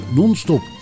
non-stop